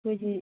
ꯑꯩꯈꯣꯏꯁꯤ